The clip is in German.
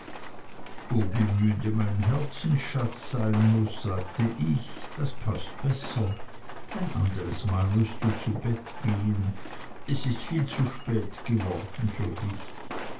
o wie müde mein herzensschatz sein muß sagte ich das paßt besser ein anderes mal mußt du zu bett gehen es ist viel zu spät für dich